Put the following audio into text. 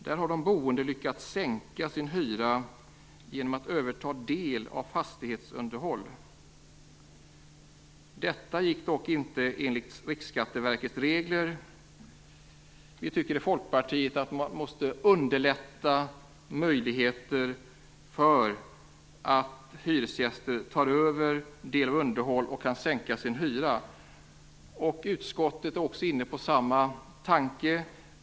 Där har de boende lyckats sänka sin hyra genom att överta en del av fastighetsunderhållet. Detta gick dock inte enligt Riksskatteverkets regler. Vi i Folkpartiet tycker att man måste underlätta möjligheter för hyresgästerna att ta över en del av underhållet och därigenom sänka sin hyra. Utskottet är också inne på samma tanke.